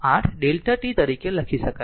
તેથી તે આ 8 Δ t લખી શકે છે